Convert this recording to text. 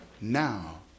now